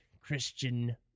Christian